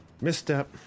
Misstep